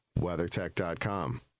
WeatherTech.com